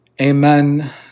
amen